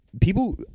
people